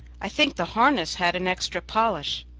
i think the harness had an extra polish.